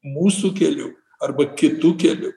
mūsų keliu arba kitu keliu